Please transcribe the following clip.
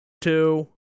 two